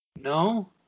No